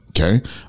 Okay